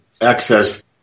access